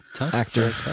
actor